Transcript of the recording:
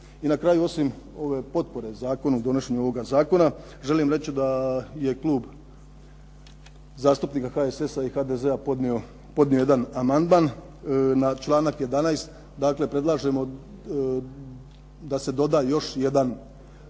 I na kraju osim ove potpore zakonu, donošenju ovoga zakona, želim reći da je Klub zastupnika HSS-a i HDZ-a podnio jedan amandman na članak 11., dakle predlažemo da se doda još jedan